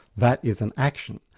that is an action.